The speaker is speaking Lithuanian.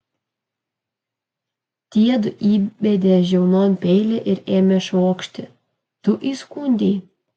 tiedu įbedė žiaunon peilį ir ėmė švokšti tu įskundei